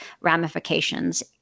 ramifications